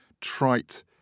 trite